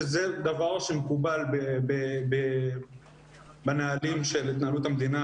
שזה דבר שמקובל בנהלים של התנהלות המדינה